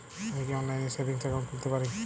আমি কি অনলাইন এ সেভিংস অ্যাকাউন্ট খুলতে পারি?